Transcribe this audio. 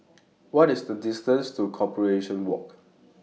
What IS The distance to Corporation Walk